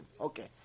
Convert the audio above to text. Okay